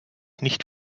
nicht